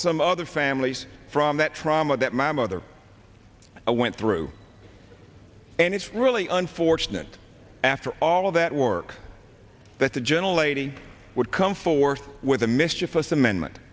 some other families from that trauma that my mother went through and it's really unfortunate after all of that work that the gentle lady would come forth with a mischievous amendment